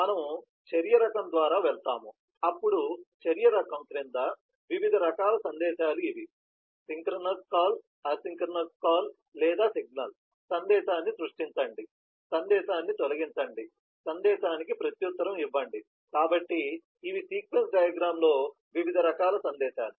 కాబట్టి మనము చర్య రకం ద్వారా వెళ్తాము అప్పుడు చర్య రకం క్రింద వివిధ రకాల సందేశాలు ఇవి సింక్రోనస్ కాల్ ఎసిన్క్రోనస్ కాల్ లేదా సిగ్నల్ సందేశాన్ని సృష్టించండి సందేశాన్ని తొలగించండి సందేశానికి ప్రత్యుత్తరం ఇవ్వండి కాబట్టి ఇవి సీక్వెన్స్ డయాగ్రమ్ లోని వివిధ రకాల సందేశాలు